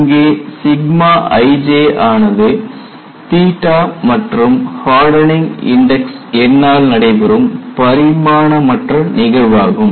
இங்கே ijஆனது மற்றும் ஹார்டனிங் இன்டெக்ஸ் n ஆல் நடைபெறும் பரிமாணமற்ற நிகழ்வாகும்